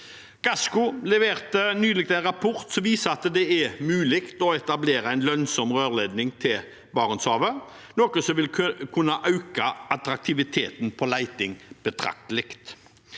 Gassco leverte nylig en rapport som viser at det er mulig å etablere en lønnsom rørledning til Barentshavet, noe som vil kunne øke attraktiviteten for leting betraktelig.